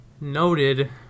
Noted